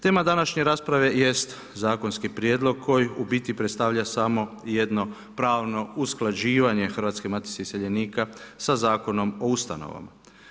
Tema današnje rasprave jest zakonski prijedlog koji u biti predstavlja samo jedno pravno usklađivanje Hrvatske matice iseljenika sa Zakonom o ustanovama.